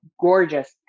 gorgeous